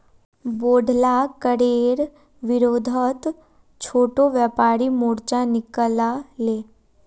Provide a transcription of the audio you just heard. बोढ़ला करेर विरोधत छोटो व्यापारी मोर्चा निकला ले